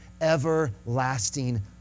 everlasting